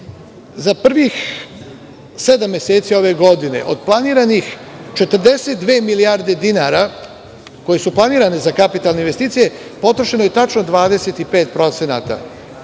za prvih sedam meseci ove godine od planiranih 42 milijarde dinara koje su planirane za kapitalne investicije potrošeno je tačno 25%,